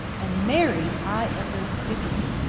and married! i echoed stupidly.